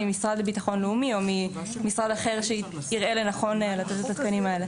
ממשרד לביטחון לאומי או ממשרד אחר שיראה לנכון לתת את התקנים האלה.